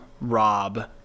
Rob